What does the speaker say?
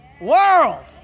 world